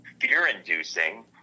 fear-inducing